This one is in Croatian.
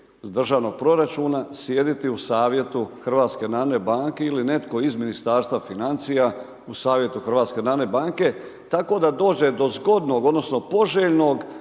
državnog proračuna, sjediti u Savjetu HNB-a ili netko iz Ministarstva financija u Savjetu HNB-a, tako da dođe do zgodnog odnosno poželjnog,